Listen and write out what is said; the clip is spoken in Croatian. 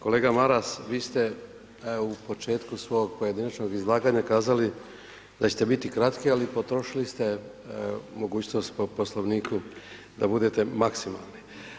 Kolega Maras vi ste u početku svog pojedinačnog izlaganja kazali da ćete biti kratki, ali potrošili ste mogućnost po Poslovniku da budete maksimalni.